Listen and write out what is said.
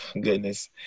goodness